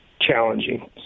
challenging